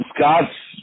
Scott's